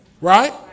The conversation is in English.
right